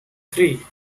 three